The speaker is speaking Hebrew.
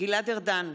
גלעד ארדן,